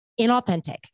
inauthentic